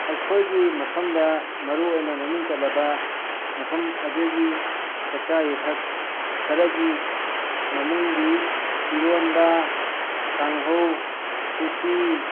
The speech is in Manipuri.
ꯑꯩꯈꯣꯏꯒꯤ ꯃꯐꯝꯗ ꯃꯔꯨ ꯑꯣꯏꯅ ꯃꯃꯤꯡ ꯆꯠꯂꯕ ꯃꯐꯝ ꯑꯗꯨꯒꯤ ꯆꯥꯛꯆꯥ ꯌꯨꯊꯛ ꯈꯔꯒꯤ ꯃꯃꯤꯡꯗꯤ ꯏꯔꯣꯟꯕ ꯀꯥꯡꯉꯧ ꯎꯠꯇꯤ